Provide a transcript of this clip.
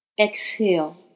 exhale